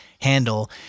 handle